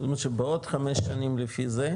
זאת אומרת שבעוד חמש שנים לפי זה,